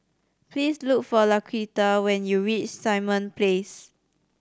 please look for Laquita when you reach Simon Place